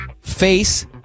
Face